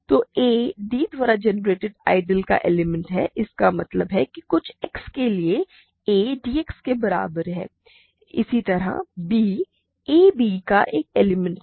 तो a d द्वारा generated ideal का एलिमेंट है इसका मतलब है कि कुछ x के लिए a dx के बराबर है इसी तरह b a b का एक एलिमेंट है